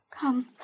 Come